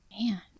Man